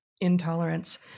intolerance